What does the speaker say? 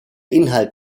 inhalt